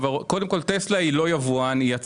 קודם כל "טסלה" היא לא יבואן, היא יצרן.